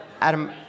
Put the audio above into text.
Adam